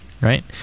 right